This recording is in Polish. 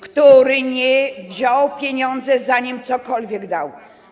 który wziął pieniądze, zanim cokolwiek dał.